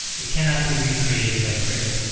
it cannot be re-created by cricket,